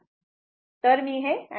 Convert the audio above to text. आता मी हे साफ करतो